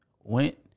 went